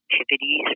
activities